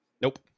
Nope